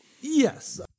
Yes